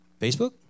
Facebook